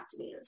activators